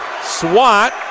swat